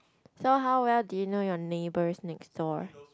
so how well do you know your neighbours next door